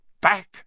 Back